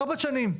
ארבע שנים.